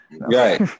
Right